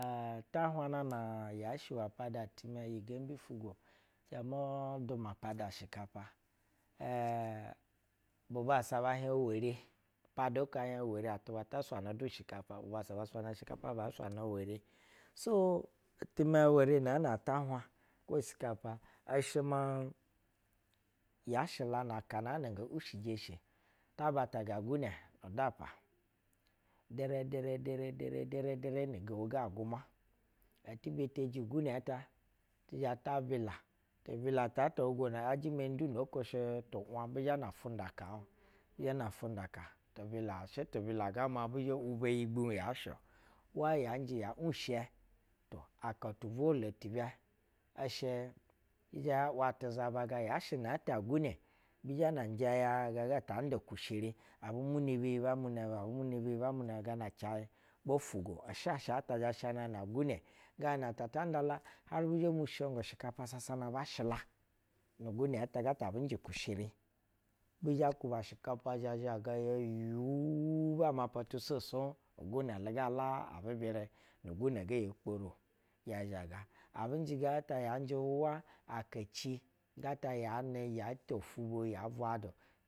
Ta hwah na na yashɛ uwa pada timɛ iyi gembi ufugwo zhɛ ma duma poda shikapa aa bu bassa be hiɛh were pada oko ehiɛh ɛwere atuba ta saanga in shikapa bu sassa sanga ushikapa ga, ba sabga ewere so, itimɛ ewere naan a ta hwah kwo shikapa ishɛ ma yashɛ aka nala nga wushije eshe ta zha ti bila nu dapa dere dere dere dere dere dere ru aguma eti beteji igune ta ba bila ti bilat aa ta shugwo yajɛ mani tu’ wab bi zhɛ na fundaka uh bisha na fundaka un, shɛ tibila ga ma bishɛ ubo yi gbuy yashɛ-o uwa yanjɛ yɛ, wushɛ tua, aka tu volo ti zhɛ ya shɛ hi zhɛ hi awa tiza baga. yashɛ inɛɛ tɛ gune b zhɛ nɛ njɛ ya gaga ta nda kushere abu munɛ beye bɛ munɛ ba ɛmunɛ beye bɛ munɛ bana ganata cayɛ bo fugo ashɛshɛ ata zhɛ sha na na igune ta ta nda la har bi zhɛ mu shingo shikapa sasana bas hila ni igune ta abɛ njɛ kushere. B zhɛ kwub shikapa zhɛ zhaga ya yuu, ba mapatu swob swob ni gune la abu bɛrɛ ni igune geyi kporo ya zhaga. Abɛnjɛ ga ta ya anjɛ wa aka ci ga ta ya nɛ yo to ofubo ya bwadu.